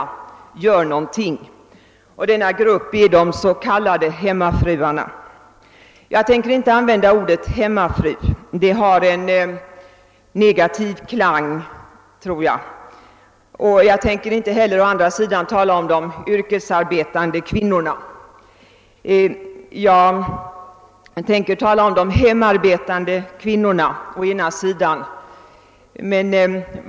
Gör någonting! Denna grupp är de s.k. hemmafruarna. Jag tänker inte använda ordet »hemmafru»; det har en negativ klang, tror jag. Jag tänker å andra sidan inte heller tala om »de yrkesarbetande kvinnorna». Jag tänker tala om de hemarbetande kvinnorna.